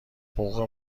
بوق